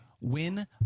Win